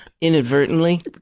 Inadvertently